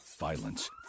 Violence